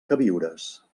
queviures